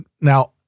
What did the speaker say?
now